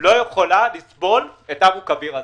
לא יכולה לסבול את אבו כביר הזה.